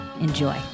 Enjoy